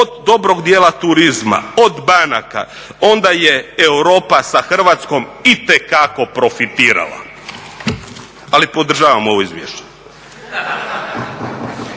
od dobrog dijela turizma, od banaka onda je Europa sa Hrvatskom itekako profitirala. Ali podržavam ovo izvješće.